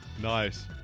Nice